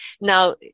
Now